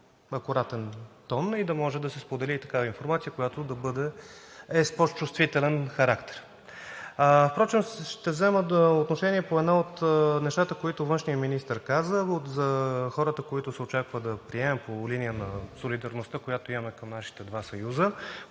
и да може да се сподели и такава информация, която е с по-чувствителен характер. Впрочем, ще взема отношение по едно от нещата, които външният министър каза за хората, които се очаква да приемем по линия на солидарността, която имаме към нашите два съюза,